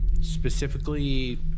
specifically